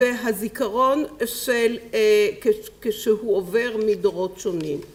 ‫והזיכרון של... כשהוא עובר מדורות שונים.